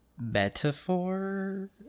metaphor